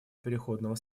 переходного